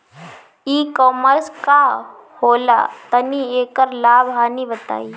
ई कॉमर्स का होला तनि एकर लाभ हानि बताई?